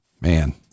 Man